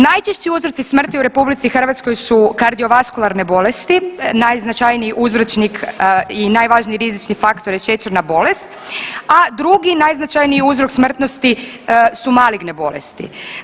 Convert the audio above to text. Najčešći uzroci smrti u RH su kardiovaskularne bolesti, najznačajniji uzročnik i najvažniji rizični faktor je šećerna bolest, a drugi najznačajniji uzrok smrtnosti su maligne bolesti.